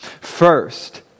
First